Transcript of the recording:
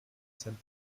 san